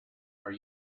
are